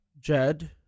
Jed